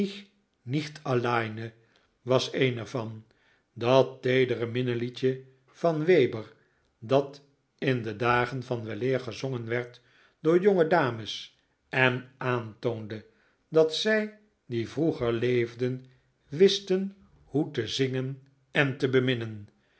was een er van dat teedere minneliedje van weber dat in de dagen van weleer gezongen werd door jonge dames en aantoonde dat zij die vroeger leefden wisten hoe te zingen en te beminnen